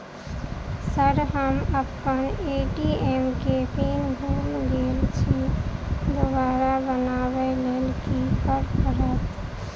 Sir हम अप्पन ATM केँ पिन भूल गेल छी दोबारा बनाबै लेल की करऽ परतै?